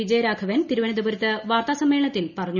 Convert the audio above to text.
വിജയരാഘവൻ തിരുവന്തപുരത്ത് വാർത്താസമ്മേളനത്തിൽ പറഞ്ഞു